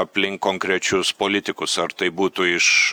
aplink konkrečius politikus ar tai būtų iš